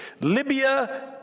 libya